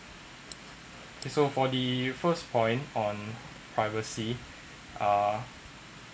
K so for the first point on privacy are